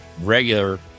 regular